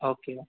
okay